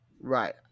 Right